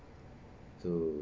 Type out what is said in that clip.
so